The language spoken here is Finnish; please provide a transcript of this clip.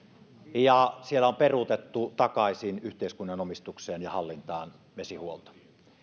ja siellä on peruutettu takaisin yhteiskunnan omistukseen ja hallintaan vesihuolto